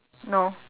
no